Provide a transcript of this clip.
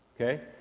Okay